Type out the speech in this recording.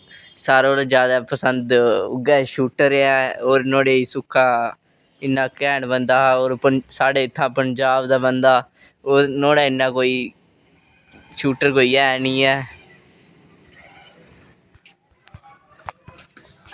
सारें कोला ज्यादै पसंद उय्यै शूटर ऐ और नोह्ड़े सूखा इन्ना घैट बंदा हा और पन साढ़े इत्थै पंजाब दा बंदा हा और नुआढ़े इन्ना कोई शूटर कोई ऐह् नि ऐ